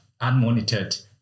unmonitored